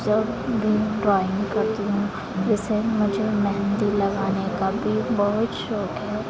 जब भी ड्रॉइंग करती हूँ जैसे मुझे मेहेंदी लगाने का भी बहुत शौक है